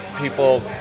people